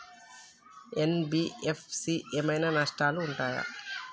NBFC ఏమైనా నష్టాలు ఉంటయా?